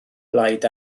blaid